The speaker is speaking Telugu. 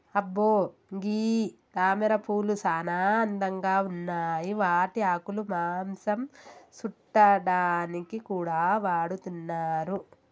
అబ్బో గీ తామరపూలు సానా అందంగా ఉన్నాయి వాటి ఆకులు మాంసం సుట్టాడానికి కూడా వాడతున్నారు